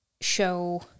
show